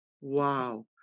Wow